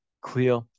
clear